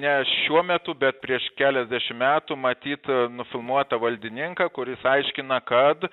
ne šiuo metu bet prieš keliasdešim metų matyt nufilmuotą valdininką kuris aiškina kad